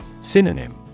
Synonym